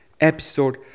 episode